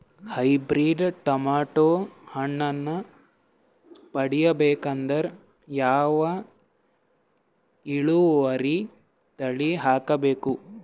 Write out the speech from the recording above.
Hybrid tomato ಹಣ್ಣನ್ನ ಪಡಿಬೇಕಂದರ ಯಾವ ಇಳುವರಿ ತಳಿ ಹಾಕಬೇಕು?